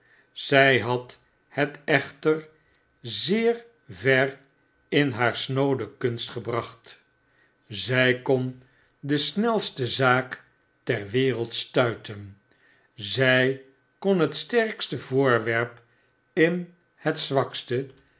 zg had het echter zeer ver in haar snoode kunst gebracht zg kon de snelste zaak ter wereld stuiten zij kon het sterkste voorwerp in het zwakste